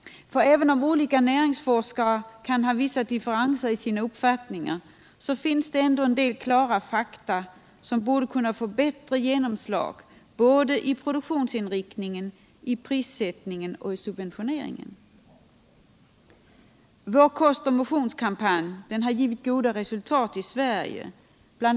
Även om olika näringsforskare kan ha vissa diffe renser i sina uppfattningar finns det en del klara fakta som borde få Nr 54 bättre genomslag i såväl produktionsinriktningen som prissättningen och Fredagen den subventioneringen. 16 december 1977 Vår kostoch motionskampanj har givit goda resultat i Sverige. Bl.